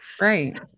Right